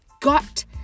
got